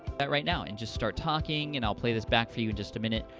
that, right now, and just start talking, and i'll play this back for you just a minute,